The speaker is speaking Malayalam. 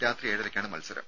രാത്രി ഏഴരയ്ക്കാണ് മത്സരം